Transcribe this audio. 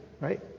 right